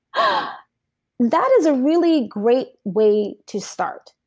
ah that is a really great way to start.